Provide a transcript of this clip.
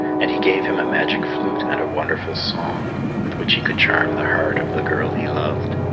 and he gave him a magic flute and a wonderful song, with which he could charm the heart of the girl he loved.